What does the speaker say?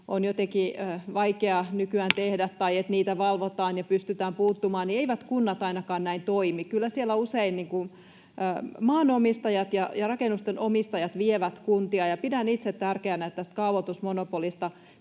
on jotenkin vaikea nykyään tehdä tai että niitä valvotaan ja pystytään puuttumaan, niin eivät kunnat ainakaan näin toimi. Kyllä siellä usein maanomistajat ja rakennusten omistajat vievät kuntia, ja pidän itse tärkeänä, että tästä kaavoitusmonopolista